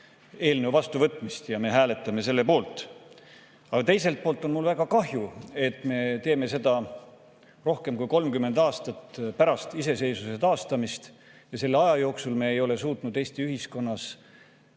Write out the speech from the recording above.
eelnõu vastuvõtmist ja me hääletame selle poolt. Aga teiselt poolt on mul väga kahju, et me teeme seda rohkem kui 30 aastat pärast iseseisvuse taastamist ja et selle aja jooksul ei ole me suutnud Eesti ühiskonnas